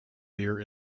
beer